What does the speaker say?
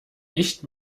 nicht